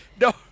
no